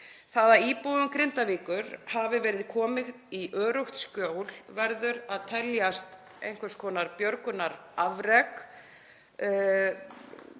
Það að íbúum Grindavíkur hafi verið komið í öruggt skjól verður að teljast einhvers konar björgunarafrek.